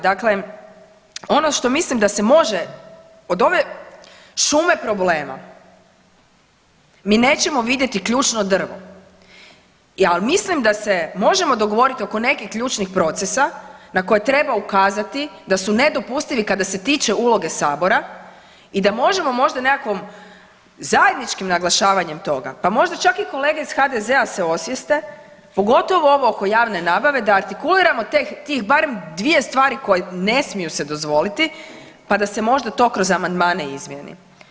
Dakle, ono što mislim da se može, od ove šume problema mi nećemo vidjeti ključno drvo, al mislim da se možemo dogovorit oko nekih ključnih procesa na koje treba ukazati da su nedopustivi kada se tiče uloge sabora i da možemo možda nekakvom zajedničkim naglašavanjem toga, pa možda čak i kolege iz HDZ-a se osvijeste, pogotovo ovo oko javne nabave, da artikuliramo tih barem dvije stvari koje ne smiju se dozvoliti, pa da se možda to kroz amandmane izmijeni.